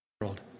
world